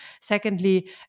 Secondly